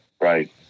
Right